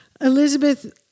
Elizabeth